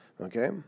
okay